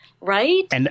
right